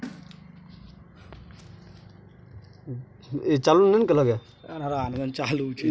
बीया छीटै लेल, खाद छिटै लेल आ दोसर काज लेल बहुत जोन आ पाइक जरुरत परै छै